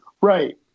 Right